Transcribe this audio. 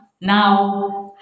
now